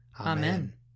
Amen